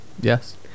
yes